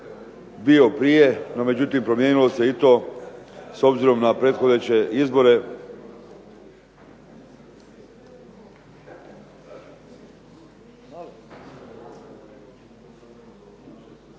bio prije. No međutim, promijenilo se i to s obzirom na prethodeće izbore.